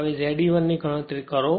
હવે Z e1 ની ગણતરી કરો